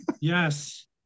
Yes